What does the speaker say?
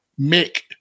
Mick